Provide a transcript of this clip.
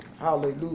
Hallelujah